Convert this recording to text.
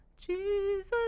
Jesus